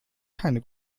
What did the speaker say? keine